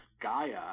Gaia